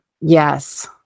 Yes